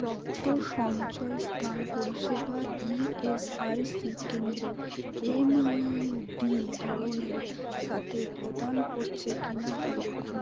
রক্তসঞ্চয় স্থান পরিষেবা ইএসআইসি কেন্দ্রের এম ইউ ডি ধরনের সাথে প্রদান করছে কি না তা দেখুন